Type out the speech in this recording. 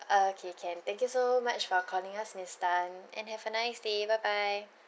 okay can thank you so much for calling us miss tan and have a nice day bye bye